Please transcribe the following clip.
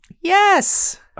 Yes